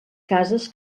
cases